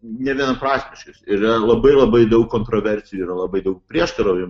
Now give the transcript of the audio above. nevienaprasmiškas ir yra labai labai daug kontroversijų yra labai daug prieštaravimų